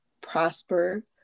prosper